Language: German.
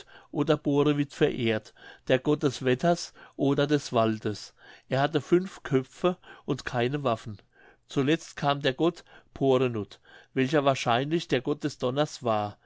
oder borevit verehrt der gott des wetters oder des waldes er hatte fünf köpfe und keine waffen zuletzt kam der gott porenut welcher wahrscheinlich der gott des donners war